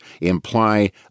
imply